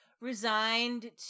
resigned